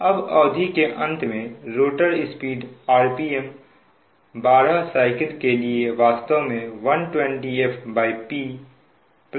अब अवधि के अंत में रोटर स्पीड rpm 12 साइकिल के लिए वास्तव में 120fPα∆tहै